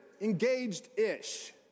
engaged-ish